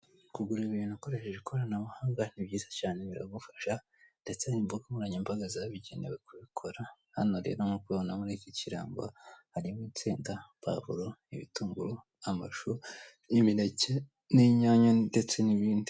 Kugura ibintu ukoresheje ikoranabuhanga ni byiza cyane biragufasha, ndetse imbugankoranyambaga zabigenewe kubikora, hano rero nkuko ubibona muri iki kirango harimo insenda, puwavuro, ibitunguru, amashu, n'imineke, n'inyanya ndetse n'ibindi.